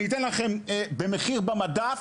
במחיר במדף,